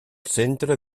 centre